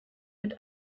mit